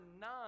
nine